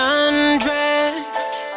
undressed